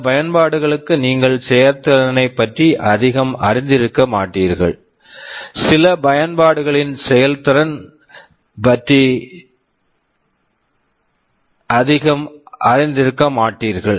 சில பயன்பாடுகளுக்கு நீங்கள் செயல்திறனைப் பற்றி அதிகம் அறிந்திருக்க மாட்டீர்கள் சில பயன்பாடுகளின் செயல்திறன் பற்றி அதிகம் அறிந்திருக்க மாட்டீர்கள்